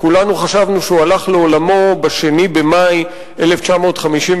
כולנו חשבנו שהוא הלך לעולמו ב-2 במאי 1957,